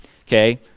Okay